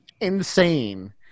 insane